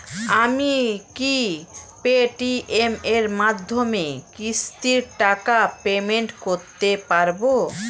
আমি কি Paytm এর মাধ্যমে কিস্তির টাকা পেমেন্ট করতে পারব?